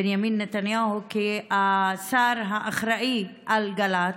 בנימין נתניהו, כשר האחראי לגל"צ,